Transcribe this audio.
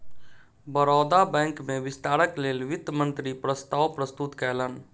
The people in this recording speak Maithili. बड़ौदा बैंक में विस्तारक लेल वित्त मंत्री प्रस्ताव प्रस्तुत कयलैन